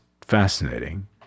fascinating